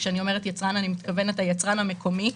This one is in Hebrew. כשאני אומרת "יצרן" כוונתי ליצרן המקומי.